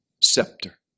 scepter